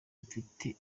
mfite